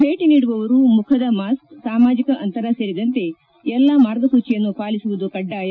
ಭೇಟ ನೀಡುವವರು ಮುಖದ ಮಾಸ್ತ್ ಸಾಮಾಜಿಕ ಅಂತರ ಸೇರಿದಂತೆ ಎಲ್ಲ ಮಾರ್ಗಸೂಚಿಯನ್ನು ಪಾಲಿಸುವುದು ಕಡ್ಡಾಯ